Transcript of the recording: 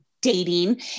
dating